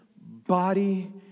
body